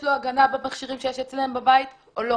לו הגנה במכשירים שיש אצלו בבית או לא.